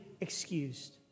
excused